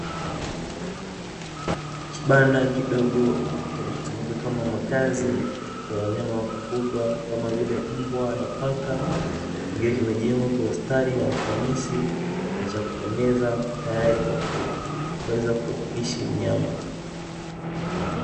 Kibanda kidogo kinachotumika kama makazi ya wanyama wa kufugwa, kama vile mbwa na paka, kikiwa kimejengwa kwa ustadi na ufanisi na cha kupendeza, tayari kwa kuweza kuishi mnyama.